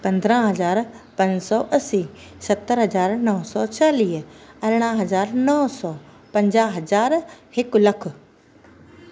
पंद्रहं हज़ार पंज सौ असी सतरि हज़ार नो सौ चालीह अरिड़हं हज़ार नो सौ पंजाहु हज़ार हिकु लख